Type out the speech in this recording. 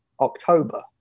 October